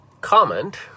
comment